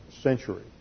century